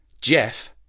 Jeff